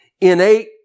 innate